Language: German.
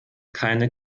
keine